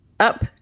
up